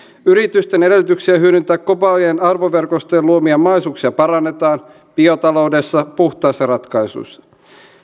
yritysten edellytyksiä hyödyntää globaalien arvoverkostojen luomia mahdollisuuksia parannetaan biotaloudessa puhtaissa ratkaisuissa